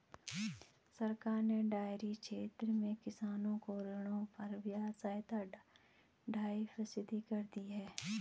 सरकार ने डेयरी क्षेत्र में किसानों को ऋणों पर ब्याज सहायता ढाई फीसदी कर दी है